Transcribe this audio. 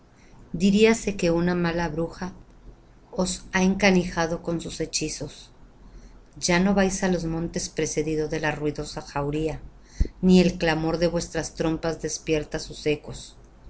herida diríase que una mala bruja os ha encanijado con sus hechizos ya no váis á los montes precedido de la ruidosa jauría ni el clamor de vuestras trompas despierta sus ecos